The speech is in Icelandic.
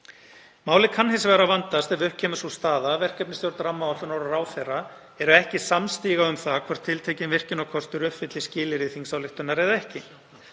Málið kann hins vegar að vandast ef upp kemur sú staða að verkefnisstjórn rammaáætlunar og ráðherra eru ekki samstiga um það hvort tiltekinn virkjunarkostur uppfylli skilyrði þingsályktunar eða ekki.